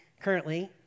currently